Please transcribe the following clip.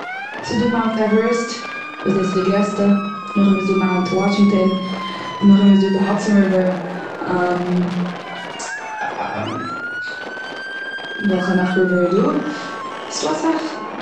ס'דא מאונט עווערעסט, וואס דאס איז די גרעסטע. נאך דעם איז דא מאונט וואשינגטאן. נאך דעם איז דא די האדסאן ריווער. וועלכע נאך ריווער איז דא? ס'דא אסאך.